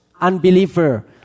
unbeliever